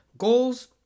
Goals